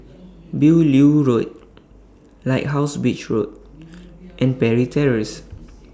Beaulieu Road Lighthouse Beach Walk and Parry Terrace